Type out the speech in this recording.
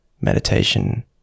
meditation